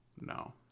No